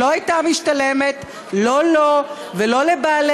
שלא הייתה משתלמת, לא לו ולא לבעלי